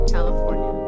California